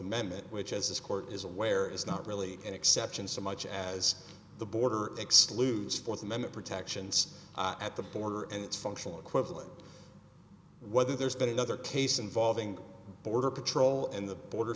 amendment which as this court is aware is not really an exception so much as the border excludes fourth amendment protections at the border and its functional equivalent whether there's been another case involving border patrol and the border